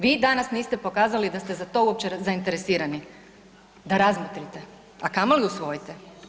Vi danas niste pokazali da ste za to uopće zainteresirani da razmotrite, a kamoli usvojite.